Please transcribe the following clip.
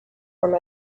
from